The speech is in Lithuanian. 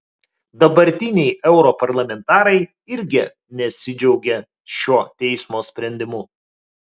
dabartiniai europarlamentarai irgi nesidžiaugė šiuo teismo sprendimu